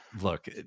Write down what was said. Look